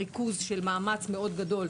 ריכוז של מאמץ מאוד גדול,